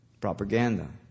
Propaganda